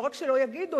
שלא רק שלא יגידו,